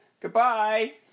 Goodbye